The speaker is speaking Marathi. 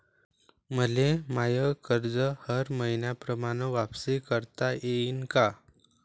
मले माय कर्ज हर मईन्याप्रमाणं वापिस करता येईन का?